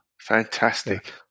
Fantastic